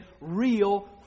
real